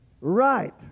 right